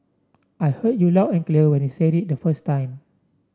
I heard you loud and clear when you said it the first time